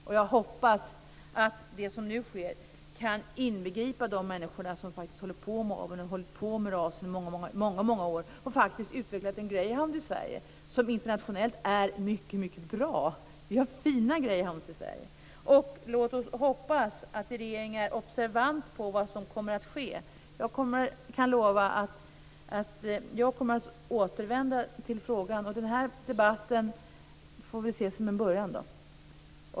Och jag hoppas att det som nu sker kan inbegripa de människor som faktiskt har hållit på med rasen under många år och faktiskt utvecklat en greyhound i Sverige som internationellt är mycket bra. Vi har fina greyhounds i Sverige. Låt oss hoppas att regeringen är observant på vad som kommer att ske. Jag kan lova att jag kommer att återvända till frågan. Den här debatten får väl ses som en början.